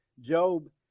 Job